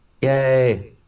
Yay